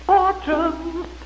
Fortune's